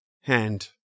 hand